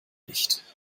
nicht